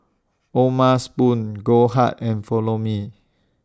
O'ma Spoon Goldheart and Follow Me